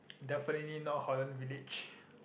definitely not Holland-Village